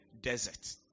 desert